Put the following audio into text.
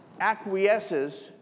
acquiesces